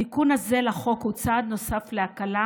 התיקון הזה לחוק הוא צעד נוסף להקלה,